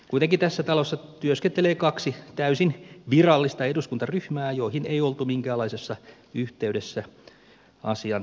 kuitenkin tässä talossa työskentelee kaksi täysin virallista eduskuntaryhmää joihin ei oltu minkäänlaisessa yhteydessä asian tiimoilta